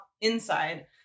inside